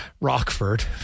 Rockford